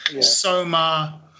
Soma